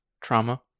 trauma